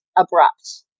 abrupt